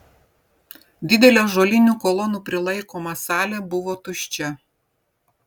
didelė ąžuolinių kolonų prilaikoma salė buvo tuščia